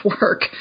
work